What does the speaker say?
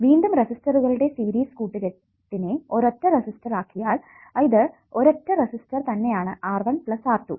വീണ്ടും റെസിസ്റ്ററുകളുടെ സീരിസ് കൂട്ടുകെട്ടിനെ ഒരൊറ്റ റെസിസ്റ്റർ ആക്കിയാൽ ഇത് ഒരൊറ്റ റെസിസ്റ്ററ് തന്നെയാണ് R1 പ്ലസ് R2